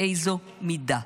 באיזו מידה".